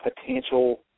potential